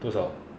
多少